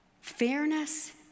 fairness